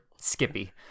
Skippy